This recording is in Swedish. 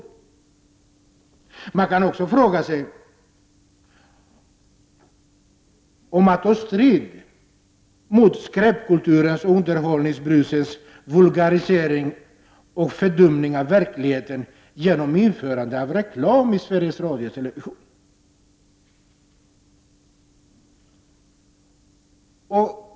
Man kan också fråga sig om det är att ta strid mot skräpkulturens och underhållningsbrusets vulgarisering och fördumning av verkligheten att införa reklam i Sveriges Television.